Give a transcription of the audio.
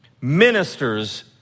ministers